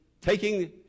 taking